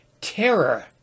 terror